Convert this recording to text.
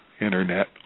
Internet